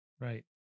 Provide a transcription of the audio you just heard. Right